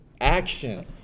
Action